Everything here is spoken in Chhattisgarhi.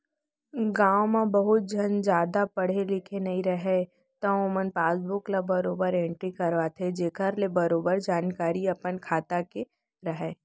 गॉंव म बहुत झन जादा पढ़े लिखे नइ रहयँ त ओमन पासबुक ल बरोबर एंटरी करवाथें जेखर ले बरोबर जानकारी अपन खाता के राहय